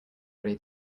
ready